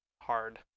hard